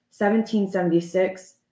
1776